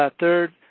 ah third,